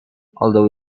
although